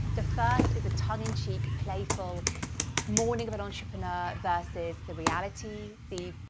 the first is a tongue-in-cheek playful morning of an entrepreneur versus the reality. the,